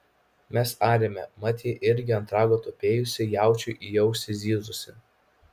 mes arėme mat ji irgi ant rago tupėjusi jaučiui į ausį zyzusi